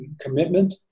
commitment